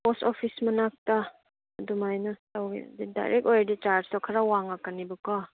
ꯄꯣꯁ office ꯃꯅꯥꯛꯇ ꯑꯗꯨꯃꯥꯏꯅ ꯇꯧꯏ ꯑꯗꯨ ꯗꯥꯏꯔꯦꯛ ꯑꯣꯏꯔꯗꯤ ꯆꯥꯔꯖꯇꯨ ꯈꯔ ꯋꯥꯡꯉꯛꯀꯅꯦꯕꯀꯣ